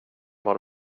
bar